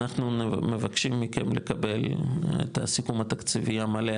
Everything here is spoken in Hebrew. אנחנו מבקשים ממכם לקבל את הסיכום התקציבי המלא,